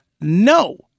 No